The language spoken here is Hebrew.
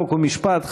חוק ומשפט,